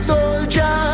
Soldier